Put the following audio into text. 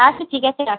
আচ্ছা ঠিক আছে রাখো